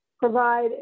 provide